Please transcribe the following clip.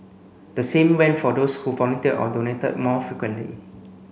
the same went for those who volunteered or donated more frequently